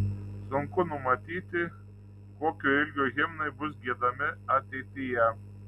sunku numatyti kokio ilgio himnai bus giedami ateityje